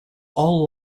all